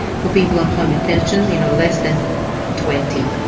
for people on home detention, you know, less than twenty.